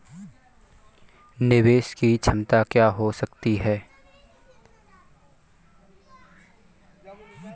निवेश की क्षमता क्या हो सकती है?